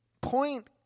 point